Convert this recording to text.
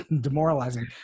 demoralizing